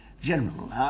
General